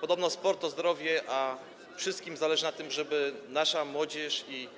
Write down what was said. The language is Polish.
Podobno sport to zdrowie, a wszystkim zależy na tym, żeby nasza młodzież i